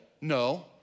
No